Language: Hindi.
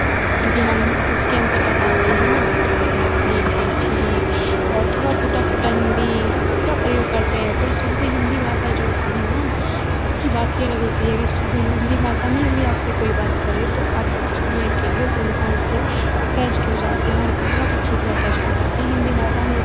क्योंकि हम उसके अंतर्गत आते हैं ना तो मैथिली ठेठी और थोड़ा टूट फूटा हिन्दी इसका प्रयोग करते हैं पर शुद्ध हिन्दी भाषा जो होती है न उसकी बात ही अलग होती है अगर शुद्ध हिन्दी भाषा में अभी आप से कोई बात करे तो आप कुछ समय के लिए उस इंसान से एट्टाचड़ हो जाते हैं और बहुत अच्छे से एट्टाचड़ हो जाते हैं हिन्दी भाषा में एक